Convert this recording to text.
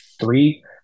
three